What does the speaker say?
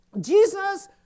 Jesus